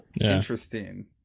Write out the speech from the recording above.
Interesting